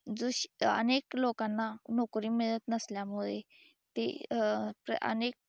जो शे अनेक लोकांना नोकरी मिळत नसल्यामुळे ते अनेक